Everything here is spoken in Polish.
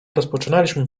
rozpoczynaliśmy